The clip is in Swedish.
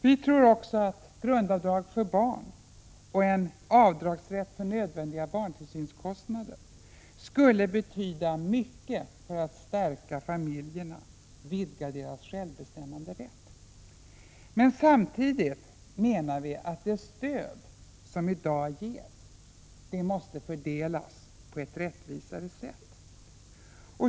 Vi tror också att grundavdrag för barn och en avdragsrätt för nödvändiga barntillsynskostnader skulle betyda mycket för att stärka familjerna och vidga deras självbestämmanderätt. Vi menar samtidigt att det stöd som i dag ges måste fördelas på ett rättvisare sätt.